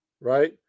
right